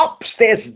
upstairs